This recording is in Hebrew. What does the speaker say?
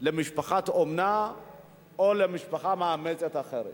למשפחת אומנה או למשפחה מאמצת אחרת.